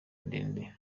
ndende